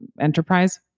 enterprise